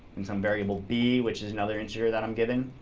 and sum variable b, which is another integer that i'm given.